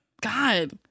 god